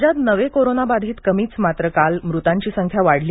राज्यात नवे कोरोनाबाधित कमीच मात्र काल मृताची सख्या वाढली